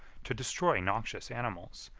to destroy noxious animals,